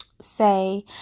say